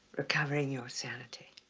recovering your sanity.